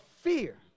fear